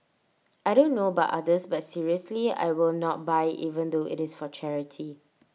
I don't know about others but seriously I will not buy even though IT is for charity